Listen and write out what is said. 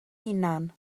hunan